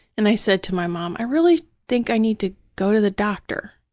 and i said to my mom, i really think i need to go to the doctor.